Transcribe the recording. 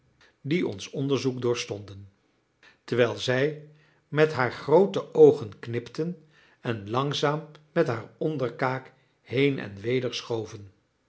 die ons onderzoek doorstonden terwijl zij met haar groote oogen knipten en langzaam met haar onderkaak heen en weder